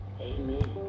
Amen